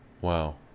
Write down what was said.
Wow